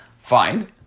Fine